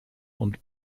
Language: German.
und